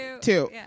two